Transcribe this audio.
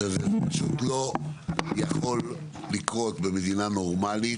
זה פשוט לא יכול לקרות במדינה נורמלית.